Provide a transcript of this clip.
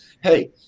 hey